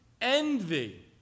envy